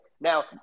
Now